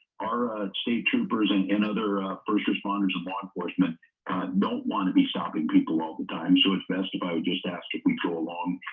our state troopers and and other first responders of law enforcement don't want to be stopping people all the time so it's best if, i would just ask if we go along